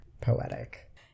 poetic